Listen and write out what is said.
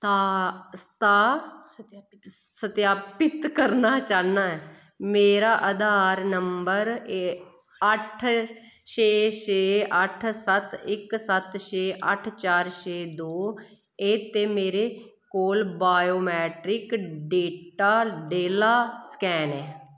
सता सता सत्यापित करना चाह्न्नां ऐ मेरा अधार नंबर अट्ठ छे छे अट्ठ सत्त इक सत्त छे अट्ठ चार छे दो ऐ ते मेरे कोल बायोमैट्रिक डेटा डेल्ला स्कैन ऐ